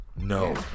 No